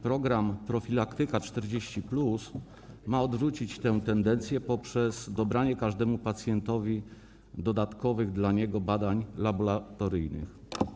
Program „Profilaktyka 40+” ma odwrócić tę tendencję poprzez dobranie każdemu pacjentowi dedykowanych dla niego badań laboratoryjnych.